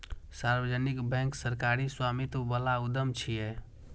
सार्वजनिक बैंक सरकारी स्वामित्व बला उद्यम छियै